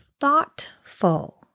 thoughtful